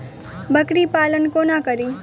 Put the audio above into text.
बकरी पालन कोना करि?